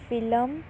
film